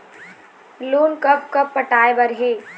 Loan कब कब पटाए बर हे?